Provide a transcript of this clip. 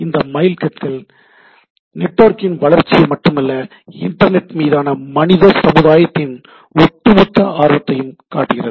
இந்த மைல்கற்கள் நெட்வொர்க்கின் வளர்ச்சியை மட்டுமல்ல இன்டர்நெட் மீதான மனித சமுதாயத்தின் ஒட்டு மொத்த ஆர்வத்தையும் காட்டுகிறது